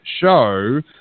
show